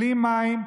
בלי מים,